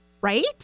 Right